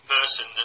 person